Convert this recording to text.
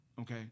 Okay